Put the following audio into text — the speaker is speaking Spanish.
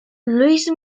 luis